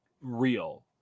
real